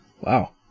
wow